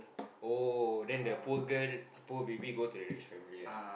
oh then the poor girl poor baby go to the rich family ah